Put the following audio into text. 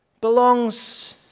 belongs